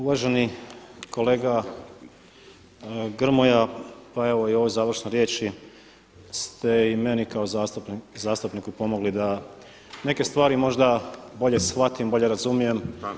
Uvaženi kolega Grmoja, pa evo i u ovoj završnoj riječi ste i meni kao zastupniku pomogli da neke stvari možda bolje shvatim, bolje razumijem.